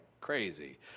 crazy